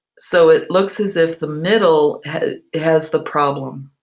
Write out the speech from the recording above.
so it looks as if the middle has has the problem.